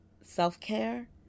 self-care